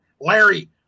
Larry